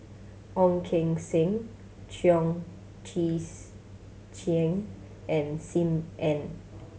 Ong Keng Sen Chong Tze Chien and Sim Ann